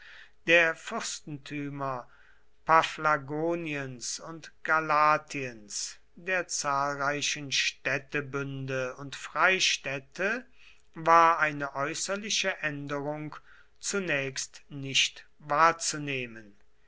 der fürstentümer paphlagoniens und galatiens der zahlreichen städtebünde und freistädte war eine äußerliche änderung zunächst nicht wahrzunehmen